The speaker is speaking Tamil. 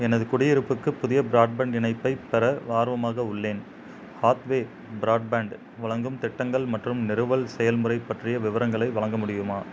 எனது குடியிருப்புக்கு புதிய ப்ராட்பேண்ட் இணைப்பைப் பெற ஆர்வமாக உள்ளேன் ஹாத்வே ப்ராட்பேண்ட் வழங்கும் திட்டங்கள் மற்றும் நிறுவல் செயல்முறை பற்றிய விவரங்களை வழங்க முடியுமா